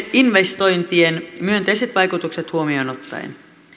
investointien myönteiset vaikutukset huomioon ottaen